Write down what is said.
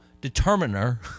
determiner